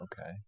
Okay